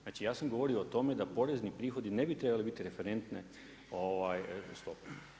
Znači ja sam govorio o tome da porezni prihodi ne bi trebali biti referentne stope.